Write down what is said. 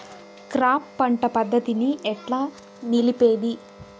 Crop పంట పద్ధతిని ఎట్లా నిలిపేది?